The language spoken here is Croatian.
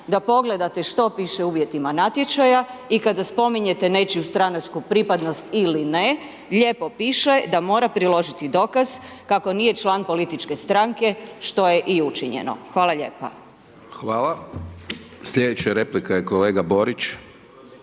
da pogledate što piše u uvjetima natječaja i kada spominjete nečiju stranačku pripadnost ili ne, lijepo piše da mora priložiti dokaz kako nije član političke stranke što je i učinjeno. Hvala lijepa. **Hajdaš Dončić,